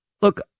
Look